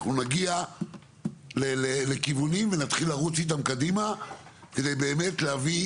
אנחנו נגיע לכיוונים ונתחיל לרוץ איתם קדימה כדי באמת להביא